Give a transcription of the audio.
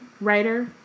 writer